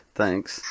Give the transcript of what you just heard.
thanks